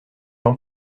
jean